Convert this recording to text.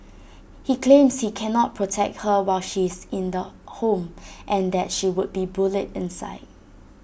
he claims he cannot protect her while she is in the home and that she would be bullied inside